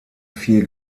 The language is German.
vier